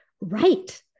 Right